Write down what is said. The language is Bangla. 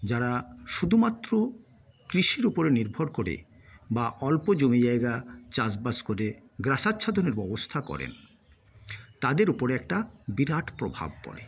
যারা শুধুমাত্র কৃষির ওপরে নির্ভর করে বা অল্প জমি জায়গা চাষবাস করে গ্রাসাচ্ছাদনের ব্যবস্থা করেন তাদের ওপরে একটা বিরাট প্রভাব পরে